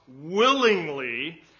willingly